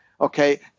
Okay